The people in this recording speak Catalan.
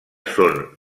són